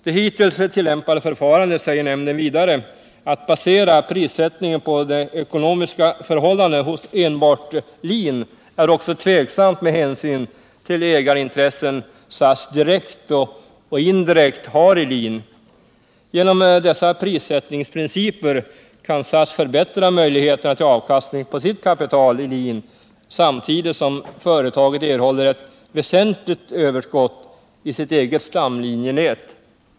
Det hittills tillämpade förfarandet, säger nämnden vidare, att basera prissättningen på de ekonomiska förhållandena hos enbart LIN är också tvivelaktigt med hänsyn till de ägarintressen SAS direkt och indirekt har i LIN. Genom dessa prissättningsprinciper kan SAS förbättra möjligheterna till avkastning på sitt kapital i LIN samtidigt som företaget erhåller ett väsentligt överskott i sitt eget stamlinjenät.